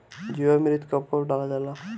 जीवामृत कब कब डालल जाला?